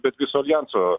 bet viso aljanso